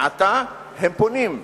מעתה הם פונים,